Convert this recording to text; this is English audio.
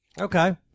Okay